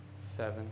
seven